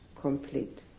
complete